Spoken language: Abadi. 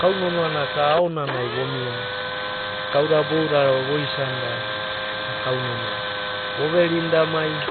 Kau nonoana ka aonanai vomia kauda boudadai voisanida a'ana kau nonoa da. Voverinda mai